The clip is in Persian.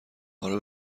اره